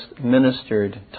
ministered